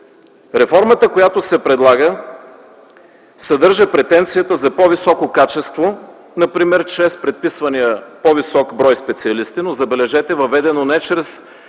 Реформата, която се предлага, съдържа претенцията за по-високо качество, например чрез предписвания по-висок брой специалисти, но забележете, въведено не чрез